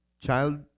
child